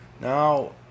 Now